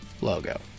logo